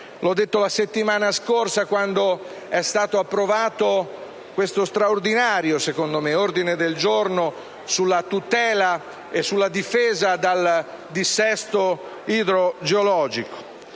l'ho detto la settimana scorsa quando è stato approvato questo straordinario, secondo me, ordine del giorno sulla tutela e sulla difesa del territorio dal dissesto idrogeologico.